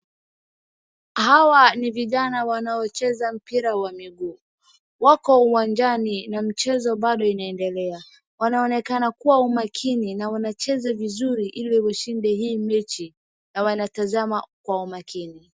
Hawa ni vijana wanaocheza mpira wa miguu. Wako uwanjani na mchezo bado inaendelea. Wanaonekana kuwa umakini na wanacheza vizuri ili washinde hii mechi. Na wanatazama kwa umakini.